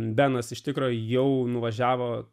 benas iš tikro jau nuvažiavo